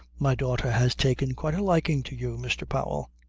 my daughter has taken quite a liking to you, mr. powell.